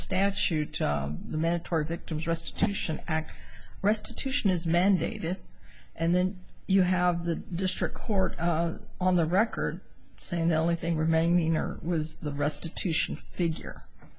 statute mentor victims restitution act restitution is mandated and then you have the district court on the record saying the only thing remaining are was the restitution figure